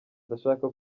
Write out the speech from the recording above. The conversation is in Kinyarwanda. ndashaka